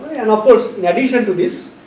and of course, in addition to these,